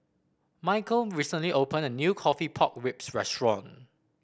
Michial recently opened a new coffee Pork Ribs restaurant